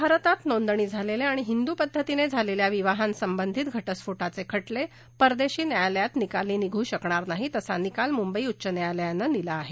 भारतात नोंदणी झालेल्या आणि हिंदू पद्धतीनं झालेल्या विवाहासंबधीत घटस्फोटाचे खटले परदेशी न्यायालयात निकाली निघू शकत नाही असा निकाल मुंबई उच्च न्यायालयानं दिला आहे